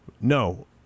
No